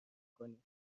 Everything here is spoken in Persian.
کنیم